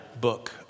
book